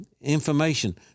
information